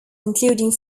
including